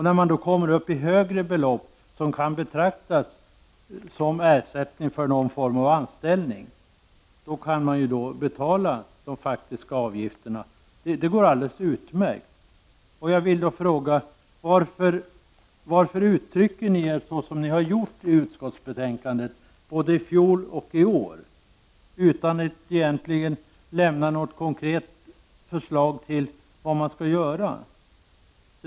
När man kommer upp i högre belopp, som kan betraktas som ersättning för någon form av anställning, kan man betala de faktiska utgifterna. Det går alldeles utmärkt. Då är min fråga: Varför uttrycker ni er så som ni gör i utskottsbetänkandet, både i fjol och i år, utan att egentligen lämna några konkreta förslag till vad man skall göra?